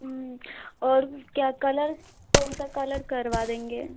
और क्या कलर कौन सा कलर करवा देंगे